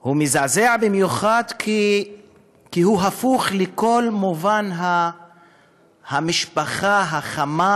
הוא מזעזע במיוחד כי הוא הפוך לכל מובן המשפחה החמה,